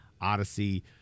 Odyssey